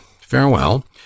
farewell